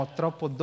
troppo